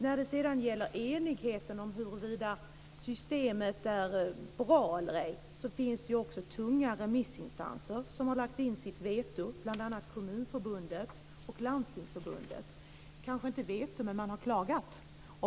När det gäller enigheten om huruvida systemet är bra eller ej finns det också tunga remissinstanser som lagt in sitt veto, bl.a. Kommunförbundet och Landstingsförbundet - kanske inte veto, men man har klagat.